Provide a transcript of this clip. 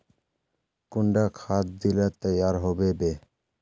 कुंडा खाद दिले तैयार होबे बे?